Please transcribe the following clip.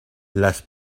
las